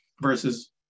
versus